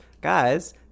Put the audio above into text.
guys